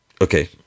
okay